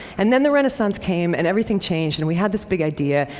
and then the renaissance came and everything changed, and we had this big idea,